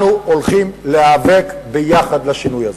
אנחנו הולכים להיאבק יחד לשינוי הזה.